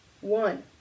One